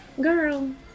girl